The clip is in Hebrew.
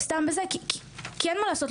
כי אין מה לעשות,